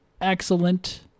excellent